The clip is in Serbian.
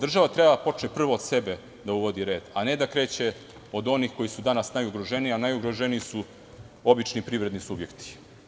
Država prvo treba od sebe da počne da uvodi red a ne da kreće od onih koji su danas najugroženiji, a najugroženiji su obični privredni subjekti.